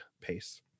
pace